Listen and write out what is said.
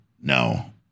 No